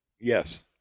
Yes